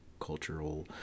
cultural